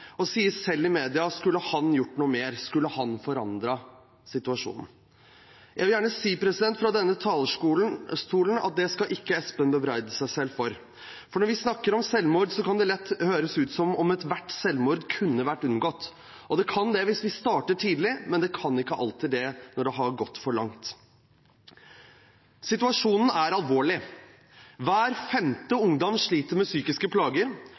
og spør selv i media om han kunne gjort mer, om han kunne ha forandret situasjonen. Jeg vil gjerne si fra denne talerstolen at dette skal ikke Espen bebreide seg selv for. Når vi snakker om selvmord, kan det lett høres ut som om ethvert selvmord kunne vært unngått, og det kan det hvis vi starter tidlig, men det kan ikke alltid det når det har gått for langt. Situasjonen er alvorlig. Hver femte ungdom sliter med psykiske